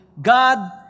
God